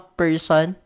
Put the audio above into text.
person